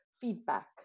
feedback